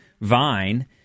vine